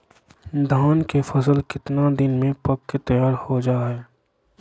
धान के फसल कितना दिन में पक के तैयार हो जा हाय?